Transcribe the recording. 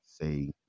say